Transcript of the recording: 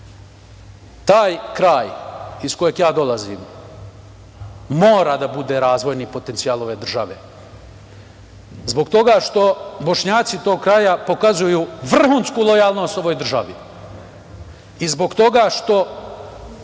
velika. Kraj iz kojeg dolazim mora da bude razvojni potencijal ove države, zbog toga što Bošnjaci tog kraja pokazuju vrhunsku lojalnost ovoj državi i zbog toga što